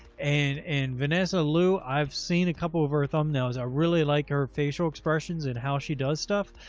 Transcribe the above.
and and vanessa lou, i've seen a couple of her thumbnails. i really like her facial expressions and how she does stuff.